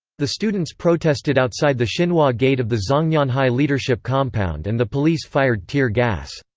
the students protested outside the xinhua gate of the zhongnanhai leadership compound and the police fired tear gas.